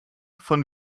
von